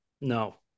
no